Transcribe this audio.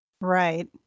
Right